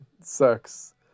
sucks